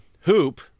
hoop